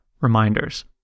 Reminders